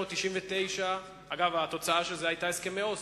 התוצאה של זה היתה הסכמי אוסלו.